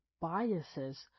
biases